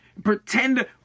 Pretend